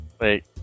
Wait